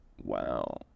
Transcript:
wow